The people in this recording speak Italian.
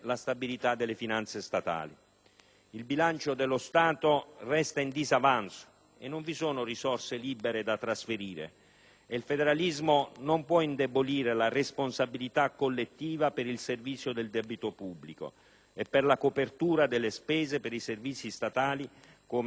Il bilancio dello Stato resta in disavanzo e non vi sono risorse libere da trasferire. Il federalismo non può indebolire la responsabilità collettiva per il servizio del debito pubblico e per la copertura delle spese per i servizi statali (come il sistema previdenziale).